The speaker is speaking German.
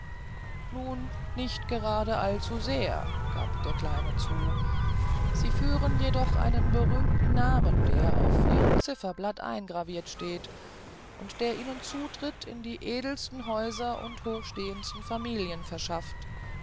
nun nicht gerade all zu sehr gab der kleine zu sie führen jedoch einen berühmten namen der auf ihrem zifferblatt eingravirt steht und der ihnen zutritt in die edelsten häuser und hochstehendsten familien verschafft